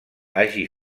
hagi